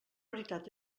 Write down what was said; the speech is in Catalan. veritat